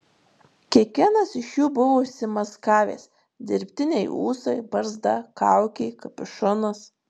kiekvienas iš jų buvo užsimaskavęs dirbtiniai ūsai barzda kaukė kapišonas